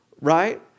right